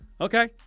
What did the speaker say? Okay